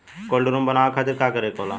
Cold room बनावे खातिर का करे के होला?